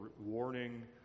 warning